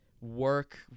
work